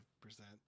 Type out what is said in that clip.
percent